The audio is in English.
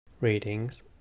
Readings